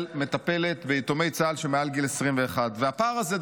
מטפלת ביתומי צה"ל מעל גיל 21. הפער הזה,